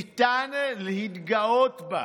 ניתן להתגאות בה.